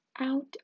out